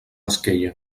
esquella